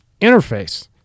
interface